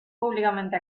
públicamente